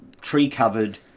tree-covered